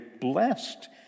blessed